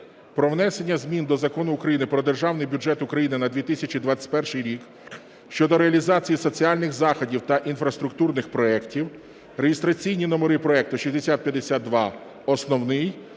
про внесення змін до Закону України "Про Державний бюджет України на 2021 рік" щодо реалізації соціальних заходів та інфраструктурних проектів (реєстраційні номери проекту: 6052 основний